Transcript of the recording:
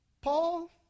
Paul